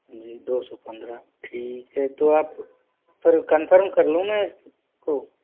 जी दो सौ पंद्रह ठीक है तो आप फिर कन्फर्म कर लूँ मैं को